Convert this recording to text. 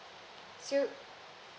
true